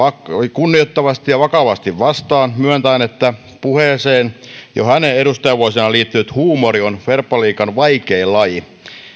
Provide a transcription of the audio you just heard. kunnioittavasti ja vakavasti vastaan myöntäen että puheeseen jo hänen edustajavuosinaan liittynyt huumori on verbaliikan vaikein laji